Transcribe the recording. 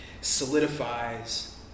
solidifies